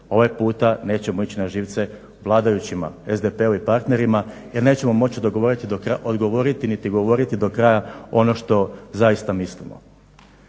Ovaj puta nećemo ići na živce vladajućima, SDP-u i partnerima jer nećemo moći odgovoriti niti govoriti do kraja ono što zaista mislimo.